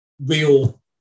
real